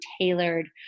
tailored